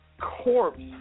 corpse